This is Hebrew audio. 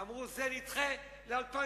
אמרו: את זה נדחה ל-2016.